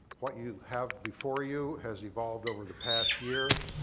what you have before you has evolved over the past year.